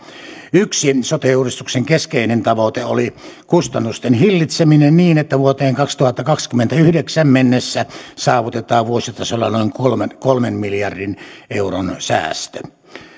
yksi sote uudistuksen keskeinen tavoite oli kustannusten hillitseminen niin että vuoteen kaksituhattakaksikymmentäyhdeksän mennessä saavutetaan vuositasolla noin kolmen kolmen miljardin euron säästö